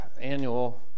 annual